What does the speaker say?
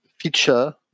feature